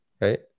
right